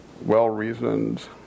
well-reasoned